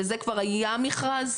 לזה כבר היה מכרז?